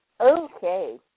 Okay